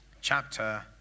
chapter